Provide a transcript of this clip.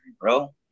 bro